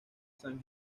san